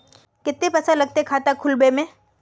केते पैसा लगते खाता खुलबे में?